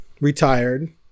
retired